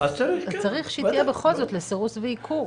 אז צריך שהיא תהיה בכל זאת לסירוס ועיקור.